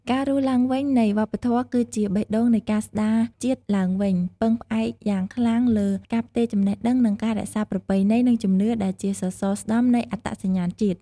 ការរស់ឡើងវិញនៃវប្បធម៌គឺជាបេះដូងនៃការស្តារជាតិឡើងវិញ ពឹងផ្អែកយ៉ាងខ្លាំងលើ ការផ្ទេរចំណេះដឹងនិងការរក្សាប្រពៃណី និងជំនឿដែលជាសសរស្តម្ភនៃអត្តសញ្ញាណជាតិ។